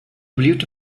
beliebte